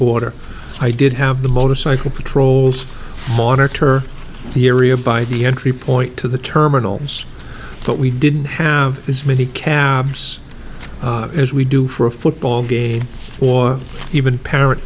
order i did have the motorcycle patrols moniteur the area by the entry point to the terminal but we didn't have as many cabs as we do for a football game or even parent